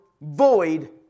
void